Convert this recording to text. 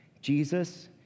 Jesus